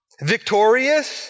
Victorious